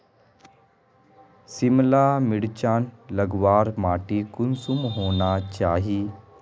सिमला मिर्चान लगवार माटी कुंसम होना चही?